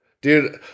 dude